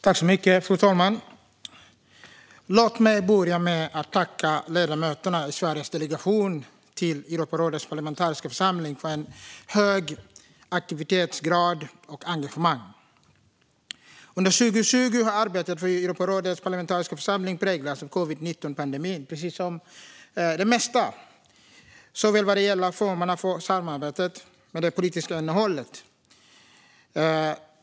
Fru talman! Låt mig börja med att tacka ledamöterna i Sveriges delegation vid Europarådets parlamentariska församling för en hög aktivitetsgrad och engagemang. Under 2020 har arbetet i Europarådets parlamentariska församling präglats av covid-19-pandemin, precis som det mesta, vad gäller såväl formerna för samarbetet som det politiska innehållet.